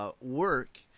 work